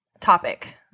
topic